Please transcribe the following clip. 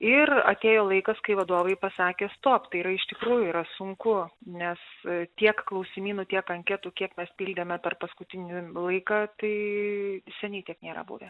ir atėjo laikas kai vadovai pasakė stop tai yra iš tikrųjų yra sunku nes tiek klausimynų tiek anketų kiek mes pildėme per paskutinį laiką tai seniai tiek nėra buvę